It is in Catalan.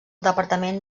departament